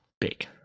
Big